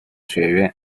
学院